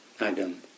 Adam